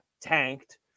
tanked